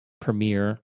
premiere